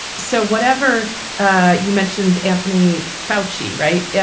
so whatever ah you mentioned anthony foushee, right? yeah.